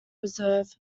reserve